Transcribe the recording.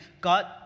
God